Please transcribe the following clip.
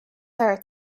her